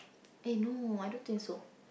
eh no I don't think so